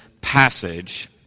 passage